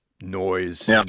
noise